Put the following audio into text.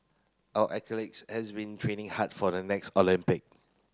our athletes has been training hard for the next Olympic